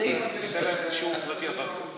תיתן להם שיעור פרטי אחר כך.